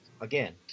again